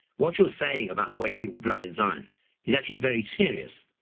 what you're saying about the way people bluff in science is actually very serious.